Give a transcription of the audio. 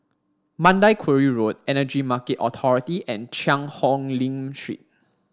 Mandai Quarry Road Energy Market Authority and Cheang Hong Lim Street